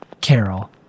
Carol